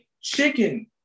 chicken